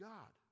God